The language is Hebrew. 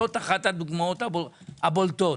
זאת אחת הדוגמאות הבולטות,